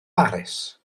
baris